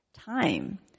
time